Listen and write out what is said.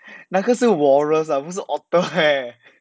那个是 walrus ah 不是 otter leh